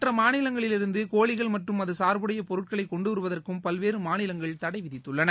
மற்ற மாநிலங்களிலிருந்து கோழிகள் மற்றும் அது சார்புடைய பொருட்களை கொண்டு வருவதற்கும் பல்வேறு மாநிலங்கள் தடை வித்துள்ளன